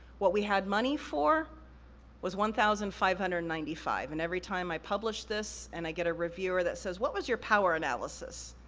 what we had money for was one thousand five hundred and ninety five, and every time i publish this and i get a reviewer that says, what was your power analysis?